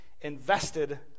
invested